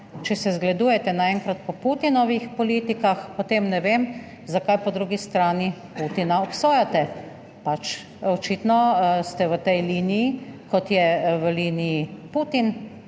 če se zgledujete naenkrat po Putinovih politikah, potem ne vem, zakaj po drugi strani Putina obsojate. Pač očitno ste v tej liniji, kot je v liniji Putin,